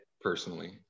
personally